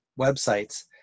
websites